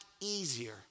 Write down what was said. easier